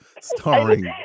starring